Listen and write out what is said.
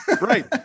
Right